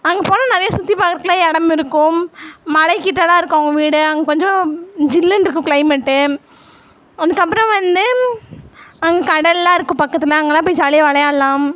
அங்கே போனால் நிறைய சுற்றி பார்க்குறக்குலாம் இடம் இருக்கும் மலைகிட்டதான் இருக்கும் அவங்க வீடு அங்கே கொஞ்சம் ஜில்லுன்னு இருக்கும் க்ளைமேட்டு அதுக்கப்பறம் வந்து அங்கே கடல்லாம் இருக்கும் பக்கத்தில் அங்கேலாம் போய் ஜாலியாக விளையாட்லாம்